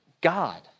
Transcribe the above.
God